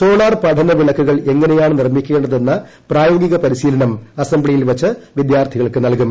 solar പഠന വിളക്കുകൾ എങ്ങനെയാണ് നിർമ്മിക്കേണ്ടതെന്ന പ്രായോഗിക പരിശീലനം അസംബ്ലിയിൽ വച്ച് വിദ്യാർത്ഥികൾക്ക് നൽകും